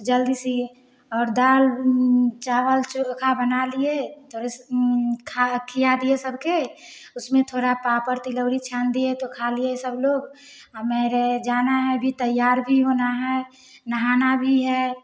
तो जल्दी से और दाल चावल चोखा बना लिये थोड़ी खा खिया दिए सबके उसमें थोड़ा पापड़ तिलौड़ी छान दिए तो खा लिये सब लोग हाँ मेरे जाना है अभी तैयार भी होना है नहाना भी है